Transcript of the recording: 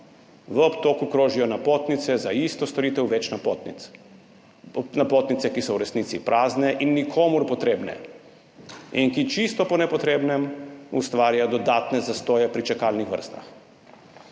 v obtoku krožijo napotnice, za isto storitev več napotnic, napotnice, ki so v resnici prazne in nikomur potrebne in ki čisto po nepotrebnem ustvarjajo dodatne zastoje pri čakalnih vrstah.